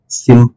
sim